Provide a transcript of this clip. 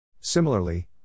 Similarly